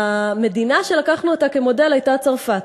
המדינה שלקחנו אותה כמודל היא צרפת.